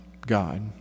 God